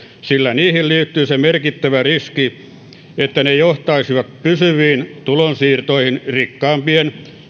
sillä niihin liittyy se merkittävä riski että ne johtaisivat pysyviin tulonsiirtoihin rikkaampien